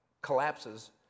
collapses